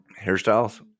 hairstyles